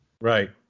Right